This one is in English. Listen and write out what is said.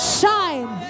Shine